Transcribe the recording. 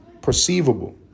perceivable